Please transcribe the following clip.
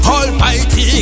Almighty